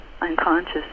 unconscious